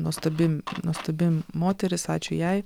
nuostabi nuostabi moteris ačiū jai